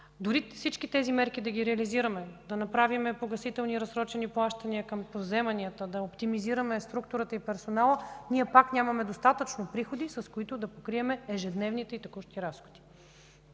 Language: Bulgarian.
всичките тези мерки, да направим погасителни и разсрочени плащания към вземанията, да оптимизираме структурата и персонала, ние пак нямаме достатъчно приходи, с които да покрием ежедневните и текущи разходи.